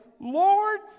Lord